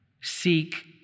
seek